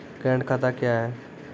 Current खाता क्या हैं?